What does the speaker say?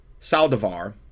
saldivar